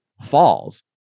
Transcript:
falls